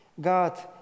God